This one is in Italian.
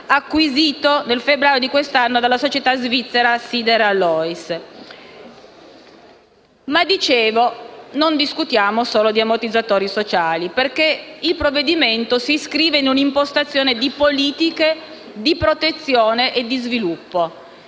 acquisito nel febbraio di quest'anno della società Svizzera Sider Alloys. Dicevo però che non discutiamo solo di ammortizzatori sociali perché il provvedimento si inscrive in un'impostazione di politiche di protezione e di sviluppo,